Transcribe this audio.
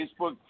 Facebook